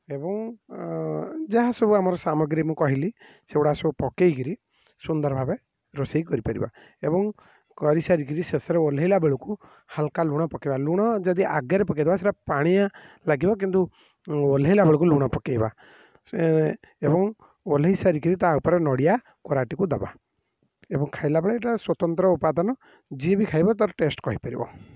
ଏବଂ ଯାହା ସବୁ ଆମର ସାମଗ୍ରୀ ମୁଁ କହିଲି ସେଗୁଡ଼ାକ ସବୁ ପକେଇକରି ସୁନ୍ଦର ଭାବେ ରୋଷେଇ କରି ପାରିବା ଏବଂ କରି ସାରିକରି ଶେଷରେ ଓହ୍ଲେଇଲା ବେଳକୁ ହାଲକା ଲୁଣ ପକାଇବା ଲୁଣ ଜଦି ଆଗରେ ପକାଇଦେବା ସେଇଟା ପାଣିଆ ଲାଗିବ କିନ୍ତୁ ଓହ୍ଲେଇଲା ବେଳକୁ ଲୁଣ ପକାଇବା ସେ ଏବଂ ଓହ୍ଲେଇସାରିକିରି ତା'ଉପରେ ନଡ଼ିଆ କୋରାଟାକୁ ଦେବା ଏବଂ ଖାଇଲା ବେଳେ ଏଇଟା ସ୍ଵତନ୍ତ୍ର ଉପାଦାନ ଯିଏ ବି ଖାଇବ ତା ଟେଷ୍ଟ୍ କହିପାରିବ